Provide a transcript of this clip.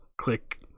click